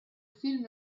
film